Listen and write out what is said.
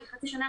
כחצי שנה,